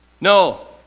no